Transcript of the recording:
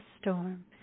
storm